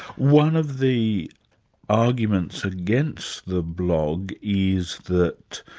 one of the arguments against the blog is that